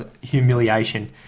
Humiliation